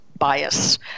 bias